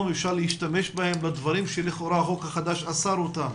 אפשר להשתמש בהן בדברים שלכאורה החוק החדש אסר אותם?